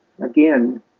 again